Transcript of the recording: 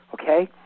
okay